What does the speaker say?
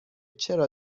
چرا